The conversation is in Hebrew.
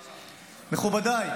מכובדיי,